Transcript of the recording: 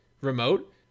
remote